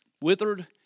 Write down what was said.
withered